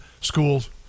schools